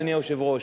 אדוני היושב-ראש,